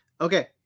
Okay